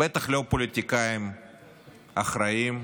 בטח לא פוליטיקאים אחראיים,